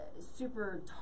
Super